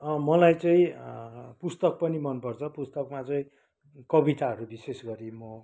मलाई चाहिँ पुस्तक पनि मनपर्छ पुस्तकमा चाहिँ कविताहरू विशेष गरी म